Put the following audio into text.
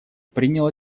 принял